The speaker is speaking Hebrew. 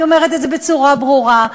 אני אומרת את זה בצורה ברורה,